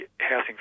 housing